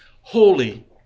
Holy